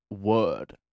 word